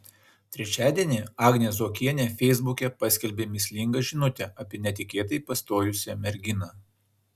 trečiadienį agnė zuokienė feisbuke paskelbė mįslingą žinutę apie netikėtai pastojusią merginą